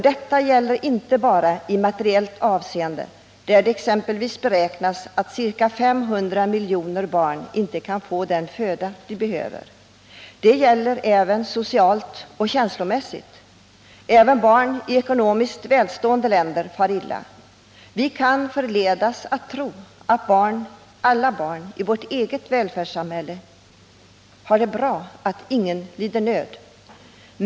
Detta gäller i materiellt avseende, där det t.ex. beräknas att ca 500 miljoner inte kan få den föda de behöver. Det gäller även socialt och känslomässigt. Också barn i ekonomiskt välstående länder far illa. Vi kan förledas tro att alla barn i vårt eget välfärdssamhälle har det bra och inte lider nöd.